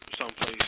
someplace